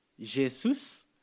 Jésus